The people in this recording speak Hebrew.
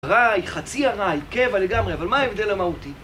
ארעי, חצי ארעי, קבע לגמרי, אבל מה ההבדל המהותי?